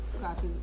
classes